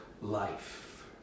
life